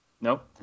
Nope